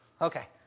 Okay